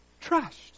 Trust